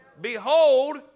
Behold